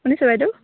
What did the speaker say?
শুনিছে বাইদউ